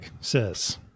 says